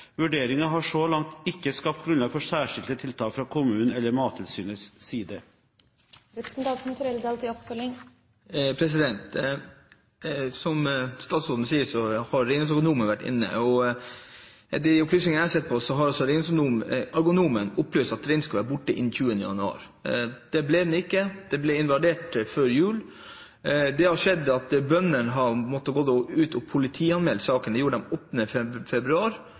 kommunen har drøftet situasjonen med Mattilsynet. Vurderingen har så langt ikke skapt grunnlag for særskilte tiltak fra kommunen eller Mattilsynets side. Som statsråden sier, har reindriftsagronomen vært inne her. Etter de opplysningene jeg sitter på, har reindriftsagronomen opplyst at reinen skulle være borte innen 20. januar. Det ble den ikke. Området ble invadert før jul. Det som har skjedd, er at bøndene har måttet gå ut og politianmelde saken. Det gjorde de den 8. februar,